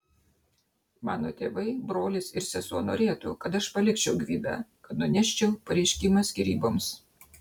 mano tėvai brolis ir sesuo norėtų kad aš palikčiau gvidą kad nuneščiau pareiškimą skyryboms